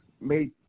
made